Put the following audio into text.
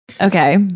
Okay